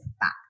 back